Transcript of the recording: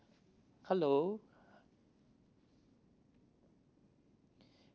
hello